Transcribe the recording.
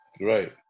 right